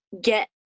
get